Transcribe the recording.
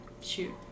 Shoot